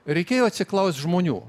reikėjo atsiklaust žmonių